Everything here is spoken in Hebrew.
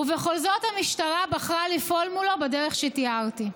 ובכל זאת המשטרה בחרה לפעול מולו בדרך שתיארתי.